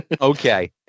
Okay